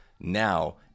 now